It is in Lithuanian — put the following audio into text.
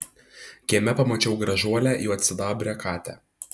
kieme pamačiau gražuolę juodsidabrę katę